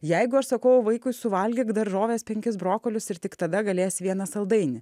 jeigu aš sakau vaikui suvalgyk daržoves penkis brokolius ir tik tada galėsi vieną saldainį